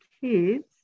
kids